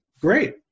great